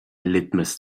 litmus